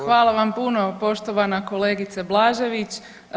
Hvala vam puno poštovana kolegice Blažević.